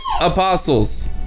apostles